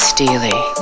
Steely